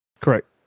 Correct